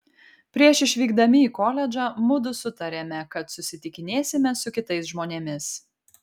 prieš išvykdami į koledžą mudu sutarėme kad susitikinėsime su kitais žmonėmis